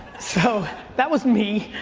so that was me.